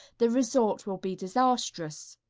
the result will be disastrous.